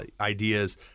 ideas